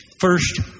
first